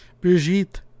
Brigitte